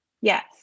Yes